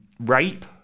rape